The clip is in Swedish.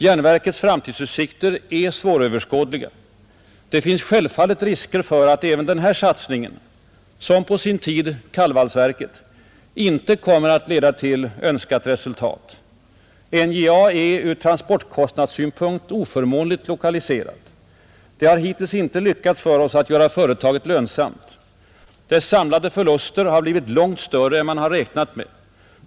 Järnverkets framtidsutsikter är Norrbottens Järnsvåröverskådliga. Det finns självfallet risker för att även den här Verk AB satsningen — som på sin tid kallvalsverket — inte kommer att leda till önskat resultat. NJA är ur transportkostnadssynpunkt oförmånligt lokaliserat. Det har hittills inte lyckats för oss att göra företaget lönsamt. Dess samlade förluster har blivit långt större än man har räknat med.